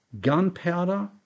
gunpowder